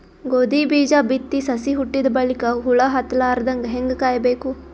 ಗೋಧಿ ಬೀಜ ಬಿತ್ತಿ ಸಸಿ ಹುಟ್ಟಿದ ಬಲಿಕ ಹುಳ ಹತ್ತಲಾರದಂಗ ಹೇಂಗ ಕಾಯಬೇಕು?